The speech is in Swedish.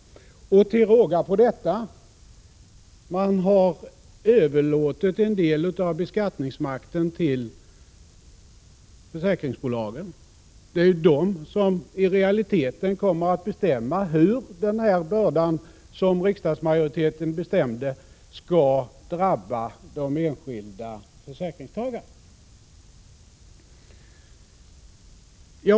Till råga på detta har riksdagen överlåtit en del av beskattningsmakten till försäkringsbolagen. Det är ju de som i realiteten kommer att bestämma hur den börda som riksdagsmajoriteten beslutade om skall drabba de enskilda försäkringstagarna.